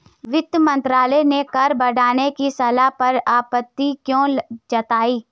वित्त मंत्रालय ने कर बढ़ाने की सलाह पर आपत्ति क्यों जताई?